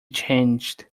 changed